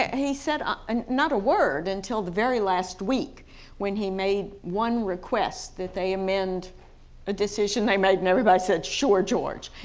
ah he said ah and not a word until the very last week when he made one request that they amend a decision they made and everybody said sure george.